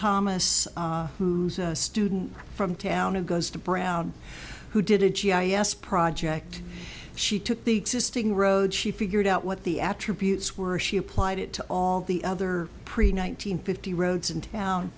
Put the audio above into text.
thomas who's a student from town and goes to brown who did it g i s project she took the existing road she figured out what the attributes were she applied it to all the other pre one nine hundred fifty roads in town